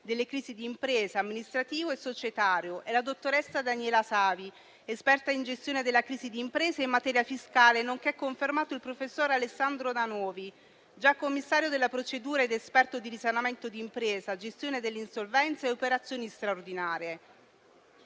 delle crisi di impresa e di diritto amministrativo e societario, e la dottoressa Daniela Savi, esperta in gestione della crisi di impresa in materia fiscale, nonché ha confermato il professor Alessandro Danovi, già commissario della procedura ed esperto di risanamento di impresa, gestione dell'insolvenza e operazioni straordinarie.